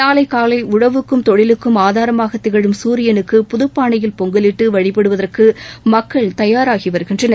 நாளை காலை உழவுக்கும் தொழிலுக்கும் ஆதாரமாக திகழும் சூரியனுக்கு புது பானையில் பொங்கலிட்டு வழிபடுவதற்கு மக்கள் தயாராகி வருகின்றனர்